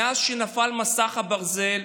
מאז שנפל מסך הברזל,